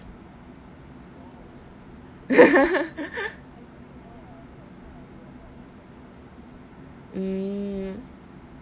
mm